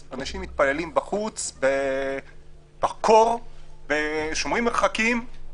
בחוץ, בקור, שומרים מרחקים,